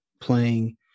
playing